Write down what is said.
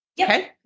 Okay